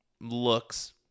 looks